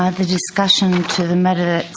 ah the discussion to the matter